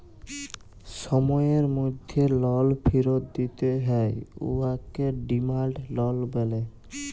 সময়ের মধ্যে লল ফিরত দিতে হ্যয় উয়াকে ডিমাল্ড লল ব্যলে